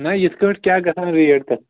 نہٕ یِتھٕ پٲٹھۍ کیٛاہ گژھان ریٹ تتھ